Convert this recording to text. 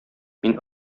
мин